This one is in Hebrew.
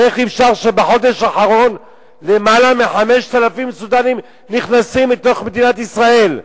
איך אפשר שבחודש האחרון למעלה מ-5,000 סודנים נכנסו לתוך מדינת ישראל?